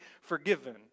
forgiven